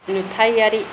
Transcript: नुथायारि